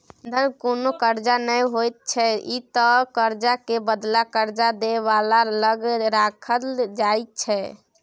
बंधक कुनु कर्जा नै होइत छै ई त कर्जा के बदला कर्जा दे बला लग राखल जाइत छै